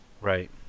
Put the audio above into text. right